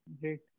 great